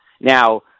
Now